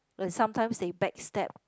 and sometimes they backstab